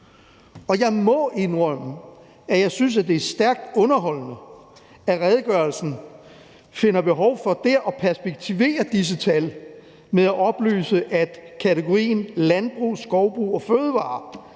Og jeg må indrømme, at jeg synes, at det er stærkt underholdende, at redegørelsen finder behov for dér at perspektivere disse tal ved at oplyse, at kategorien landbrug, skovbrug og fødevarer